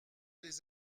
les